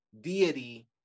deity